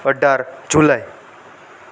અઢાર જુલાઈ